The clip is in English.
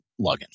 login